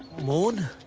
moon?